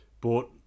bought